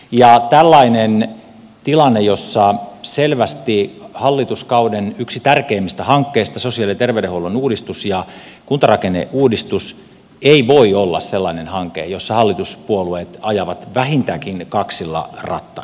ja tällainen hanke selvästi yksi hallituskauden tärkeimmistä hankkeista sosiaali ja terveydenhuollon uudistus ja kuntarakenneuudistus ei voi olla sellainen hanke jossa hallituspuolueet ajavat vähintäänkin kaksilla rattailla